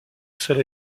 seule